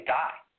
die